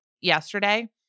yesterday